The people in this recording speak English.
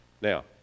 Now